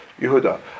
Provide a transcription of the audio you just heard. Yehuda